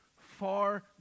far